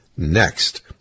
next